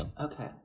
Okay